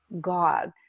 god